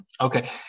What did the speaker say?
Okay